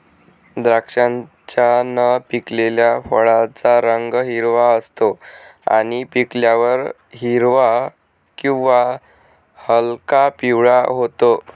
द्राक्षाच्या न पिकलेल्या फळाचा रंग हिरवा असतो आणि पिकल्यावर हिरवा किंवा हलका पिवळा होतो